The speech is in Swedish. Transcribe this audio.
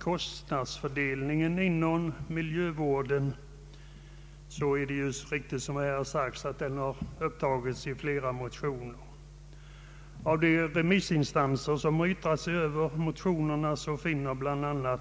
Kostnadsfördelningen inom miljövården har, som det helt riktigt här har påpekats, tagits upp i ett flertal motioner. Av de remissinstanser som har yttrat sig över motionerna säger bl.a.